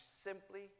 simply